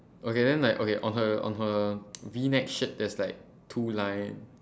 okay then like okay on her on her V neck shirt there's like two line